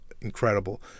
incredible